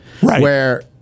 where-